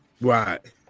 Right